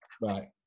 Bye